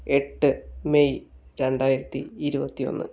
എട്ട് മെയ് രണ്ടായിരത്തി ഇരുപത്തി ഒന്ന്